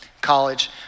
college